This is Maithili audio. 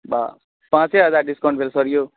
बा पाँचे हजार डिस्काउंट भेल सर यौ